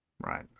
Right